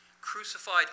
crucified